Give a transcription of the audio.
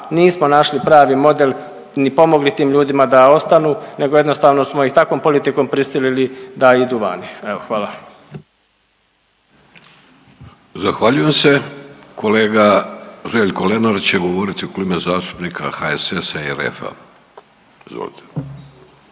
nismo našli pravi model ni pomogli tim ljudima da ostanu nego smo ih jednostavno takvom politikom prisilili da idu vani, evo hvala. **Vidović, Davorko (Nezavisni)** Zahvaljujem se. Kolega Željko Lenart će govoriti u ime Kluba zastupnika HSS-a i RF-a, izvolite.